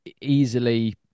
easily